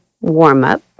warm-up